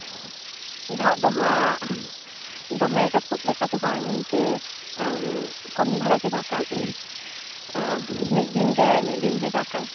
ᱫᱟᱜ ᱫᱚᱦᱟᱜ ᱫᱚᱢᱮ ᱡᱟᱹᱯᱩᱫ ᱞᱮᱠᱟ ᱫᱚ ᱵᱟᱝ ᱤᱱᱠᱟᱹ ᱠᱚᱢ ᱫᱷᱟᱨᱟ ᱜᱮᱭ ᱫᱟᱜᱟ ᱢᱤᱫ ᱫᱤᱱ ᱜᱮ ᱢᱤᱫ ᱫᱤᱱ ᱜᱮᱭ ᱫᱟᱜᱟᱭ